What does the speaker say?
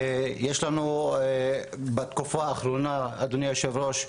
יש לנו בתקופה האחרונה אדוני היו"ר,